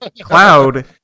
Cloud